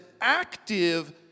active